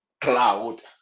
cloud